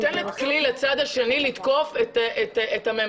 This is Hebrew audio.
את נותנת כלי לצד השני לתקוף את הממנה,